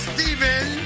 Steven